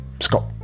scott